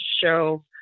show